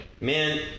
Man